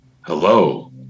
Hello